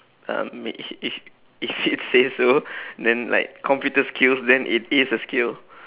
um if if if it says so then like computer skills then it is a skill